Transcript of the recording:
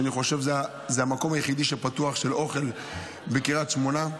ואני חושב שזה המקום היחיד של אוכל שפתוח בקריית שמונה.